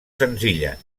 senzilla